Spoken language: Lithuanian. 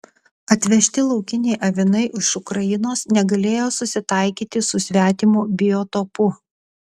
atvežti laukiniai avinai iš ukrainos negalėjo susitaikyti su svetimu biotopu